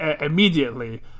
immediately